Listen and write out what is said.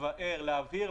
להבהיר,